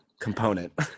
component